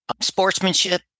sportsmanship